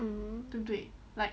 um